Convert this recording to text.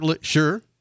sure